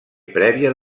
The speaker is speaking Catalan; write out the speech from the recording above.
prèvia